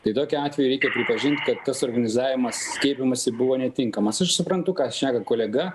tai tokiu atveju reikia pripažint kad tas organizavimas skiepyjimosi buvo netinkamas aš suprantu ką šneka kolega